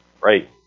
Right